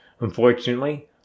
Unfortunately